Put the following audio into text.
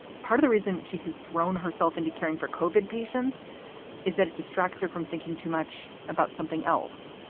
part of the reason she has thrown herself into caring for cauvin patients is that it distracts her from thinking too much about something else.